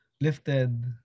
lifted